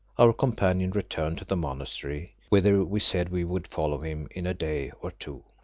our companion returned to the monastery, whither we said we would follow him in a day or two.